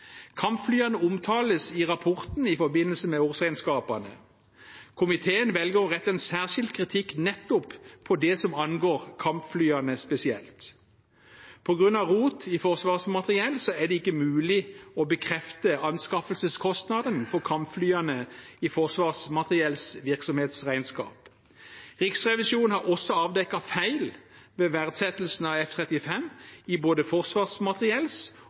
Kampflyene omtales i rapporten i forbindelse med årsregnskapene. Komiteen velger å rette en særskilt kritikk nettopp mot det som angår kampflyene spesielt. På grunn av rot i Forsvarsmateriell er det ikke mulig å bekrefte anskaffelseskostnaden for kampflyene i Forsvarsmateriells virksomhetsregnskap. Riksrevisjonen har også avdekket feil ved verdsettelsen av F-35 i både Forsvarsmateriells